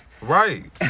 Right